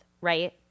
right